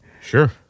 sure